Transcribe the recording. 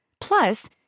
Plus